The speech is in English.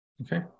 Okay